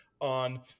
on